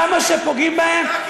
כמה שפוגעים בהם,